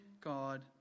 God